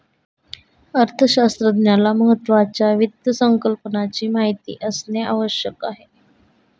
अर्थशास्त्रज्ञाला महत्त्वाच्या वित्त संकल्पनाची माहिती असणे आवश्यक आहे